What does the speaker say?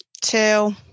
Two